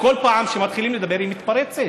כל פעם שמתחילים לדבר, היא מתפרצת.